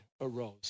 arose